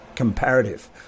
Comparative